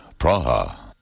Praha. (